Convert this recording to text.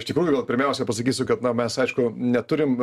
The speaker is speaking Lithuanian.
iš tikrųjų gal pirmiausia pasakysiu kad na mes aišku neturim